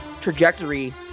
trajectory